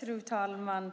Fru talman!